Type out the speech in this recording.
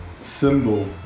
symbol